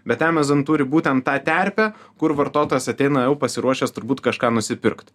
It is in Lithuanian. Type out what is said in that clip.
bet emezon turi būtent tą terpę kur vartotojas ateina jau pasiruošęs turbūt kažką nusipirkt